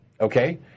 Okay